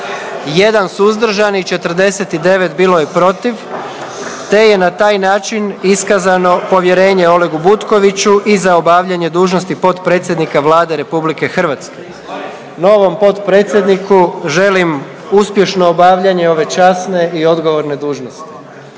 za, 1 suzdržan i 49 bilo je protiv te je na taj način iskazano povjerenje Olegu Butkoviću i za obavljanje dužnosti potpredsjednika Vlade RH. Novom potpredsjedniku želim uspješno obavljanje ove časne i odgovorne dužnosti.